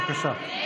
בבקשה.